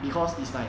because it's like